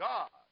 God